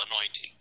anointing